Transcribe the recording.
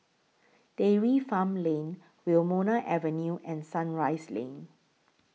Dairy Farm Lane Wilmonar Avenue and Sunrise Lane